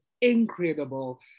incredible